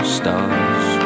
stars